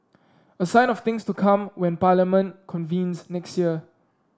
a sign of things to come when Parliament convenes next year